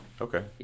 okay